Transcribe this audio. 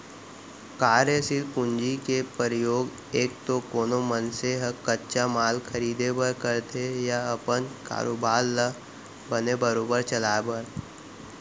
कारयसील पूंजी के परयोग एक तो कोनो मनसे ह कच्चा माल खरीदें बर करथे या अपन कारोबार ल बने बरोबर चलाय बर